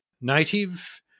native